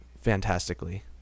fantastically